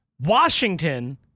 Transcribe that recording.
Washington